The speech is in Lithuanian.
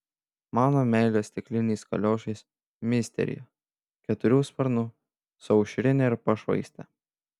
mano meilė stikliniais kaliošais misterija keturių sparnų su aušrine ir pašvaiste